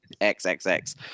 XXX